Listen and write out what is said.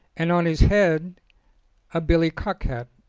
and on his head a billy cock hat.